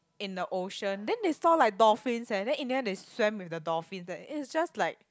in the ocean then they saw like dolphins eh then in the end they swam with the dolphin eh it's just like